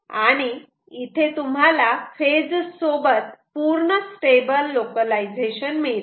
आणि इथे तुम्हाला फेज सोबत पूर्ण स्टेबल लोकलायझेशन मिळते